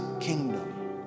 kingdom